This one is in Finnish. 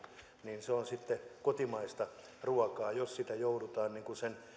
niin se on sitten kotimaista ruokaa jos sitä joudutaan sen